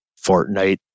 Fortnite